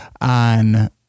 on